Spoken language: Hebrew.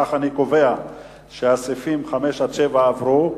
אם כך, אני קובע שסעיפים 5 7 עברו.